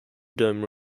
dome